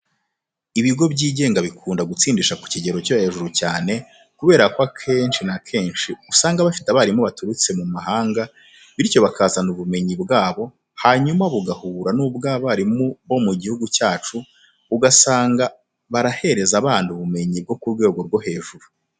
Ibigo byigenga bikunda gutsindisha ku kigero cyo hejuru cyane, kubera ko akenshi na kenshi usanga bafite abarimu baturutse mu muhanga, bityo bakazana ubumenyi bwabo, hanyuma bugahura n'ubw'abarimu bo mu gihugu cyacu, ugasanga barahereza abana ubumenyi bwo ku rwego rwo hejuru.